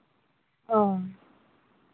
ᱚ